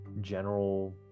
general